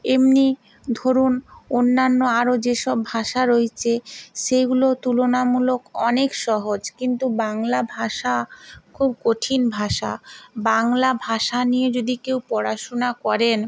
এমনি ধরুন অন্যান্য আরও যেসব ভাষা রয়েচে সেগুলো তুলনামূলক অনেক সহজ কিন্তু বাংলা ভাষা খুব কঠিন ভাষা বাংলা ভাষা নিয়ে যদি কেউ পড়াশোনা করেন